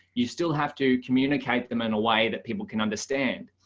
you still have to communicate them in a way that people can understand.